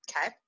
okay